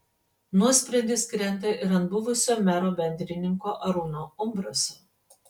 nuosprendis krenta ir ant buvusio mero bendrininko arūno umbraso